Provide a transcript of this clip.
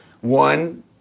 One